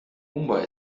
mumbai